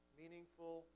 meaningful